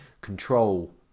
control